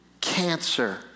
cancer